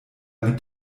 mit